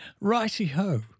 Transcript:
Righty-ho